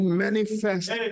manifest